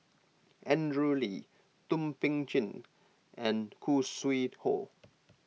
Andrew Lee Thum Ping Tjin and Khoo Sui Hoe